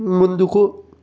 ముందుకు